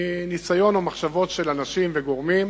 מניסיון או ממחשבות של אנשים וגורמים.